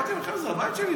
אמרתי להם: זה הבית שלי.